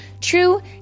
True